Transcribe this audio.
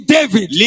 David